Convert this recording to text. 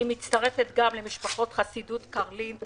אני מצטרפת גם למשפחות חסידות קרלין,